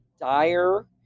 dire